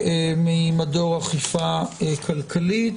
ממדור אכיפה כלכלית,